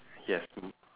yes